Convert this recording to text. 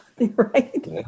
right